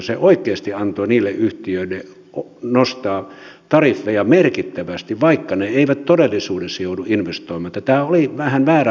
se oikeasti antoi niiden yhtiöiden nostaa tariffeja merkittävästi vaikka ne eivät todellisuudessa joudu investoimaan niin että tämä oli vähän vääränlainen lupa